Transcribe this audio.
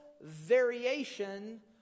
variation